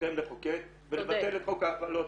תפקידכם לחוקק ולבטל את חוק ההפלות,